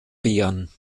beeren